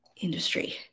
industry